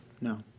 No